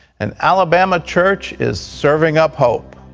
an alabama church is serving up hope.